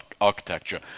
architecture